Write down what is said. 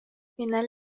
final